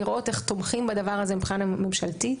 וצריך לראות איך תומכים בזה מבחינה ממשלתית.